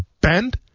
bend